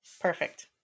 Perfect